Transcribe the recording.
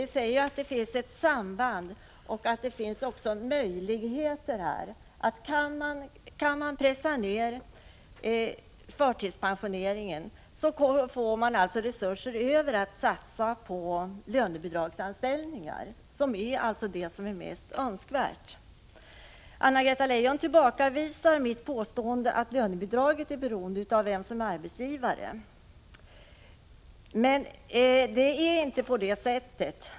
Det säger att det finns ett samband och att det också finns möjligheter — om man kan pressa ned förtidspensioneringen så finns det resurser Över att satsa på lönebidragsanställning, som alltså är det mest önskvärda. Anna-Greta Leijon tillbakavisar mitt påstående att lönebidrag är beroende av vem som är arbetsgivare. Men det är på det viset.